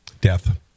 death